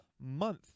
month